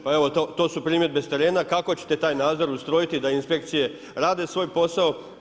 Pa evo to su primjedbe s terena, kako ćete taj nadzor ustrojiti da inspekcije rade svoj posao?